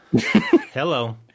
Hello